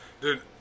Dude